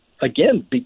again